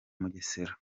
mugesera